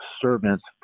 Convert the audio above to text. servants